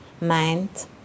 mind